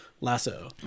lasso